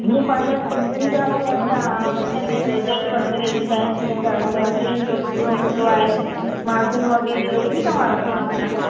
जीअं पंहिंजा सिंधीयुनि जा बि ए न मिठे में डेजर्ट वग़ैरह ईंदा आहिनि जीअं त गजरुनि जो सीरो हूंदो आहे माज़ून वगै़रह हू बि तव्हां रखंदा हूंदा न